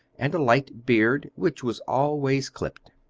and a light beard, which was always clipped.